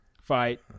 fight